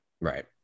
Right